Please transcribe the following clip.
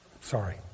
Sorry